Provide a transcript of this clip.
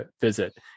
visit